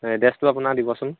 এডেছটো আপোনাৰ দিবচোন